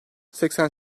seksen